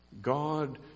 God